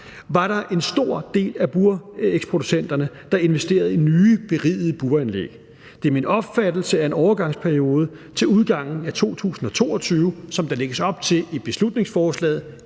var der en stor del af burægsproducenterne, der investerede i nye berigede buranlæg. Det er min opfattelse, at en overgangsperiode til udgangen af 2022, som der lægges op til i beslutningsforslaget,